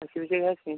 असे विषय घ्यायचे